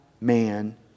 man